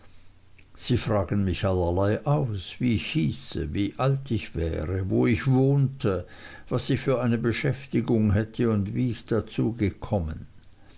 sie fragten mich allerlei aus wie ich hieße wie alt ich wäre wo ich wohnte was ich für eine beschäftigung hätte und wie ich dazu gekommen